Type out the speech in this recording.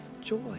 joy